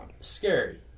Scary